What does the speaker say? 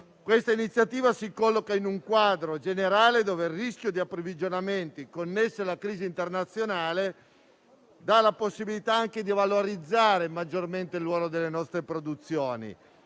L'iniziativa si colloca in un quadro generale dove il rischio di approvvigionamenti, connesso alla crisi internazionale, dà la possibilità di valorizzare maggiormente il ruolo delle nostre produzioni.